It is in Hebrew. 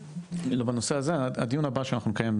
לא בנושא הזה, הדיון הבא שאנחנו כן,